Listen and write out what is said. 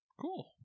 Cool